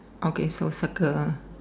okay so circle ah